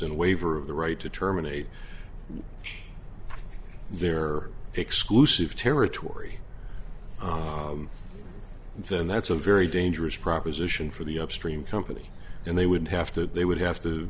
a waiver of the right to terminate their exclusive territory then that's a very dangerous proposition for the upstream company and they would have to they would have to